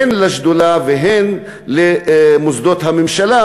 הן לשדולה והן למוסדות הממשלה,